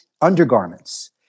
undergarments